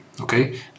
okay